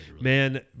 Man